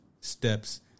steps